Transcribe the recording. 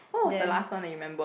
then